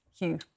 Hugh